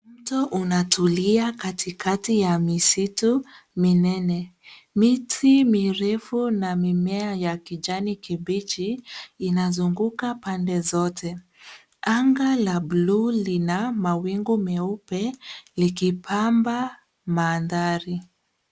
Mto unatulia katikati ya misitu minene. Miti mirefu na mimea ya kijani kibichi inazunguka pande zote .Anga la bluu lina mawingu meupe likipamba mandhari.